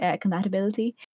compatibility